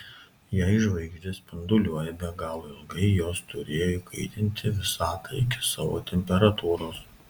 jei žvaigždės spinduliuoja be galo ilgai jos turėjo įkaitinti visatą iki savo temperatūros